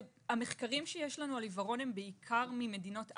המחקרים שיש לנו על עיוורון הם בעיקר על ממדינות אפריקה.